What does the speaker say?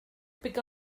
pick